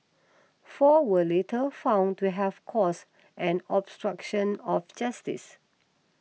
four were later found to have caused an obstruction of justice